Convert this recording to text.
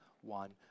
one